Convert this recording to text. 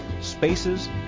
spaces